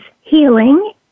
Healing